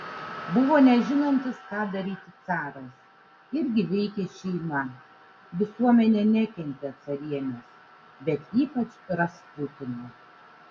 buvo nežinantis ką daryti caras irgi veikė šeima visuomenė nekentė carienės bet ypač rasputino